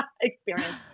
experience